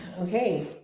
Okay